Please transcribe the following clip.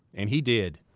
and he did.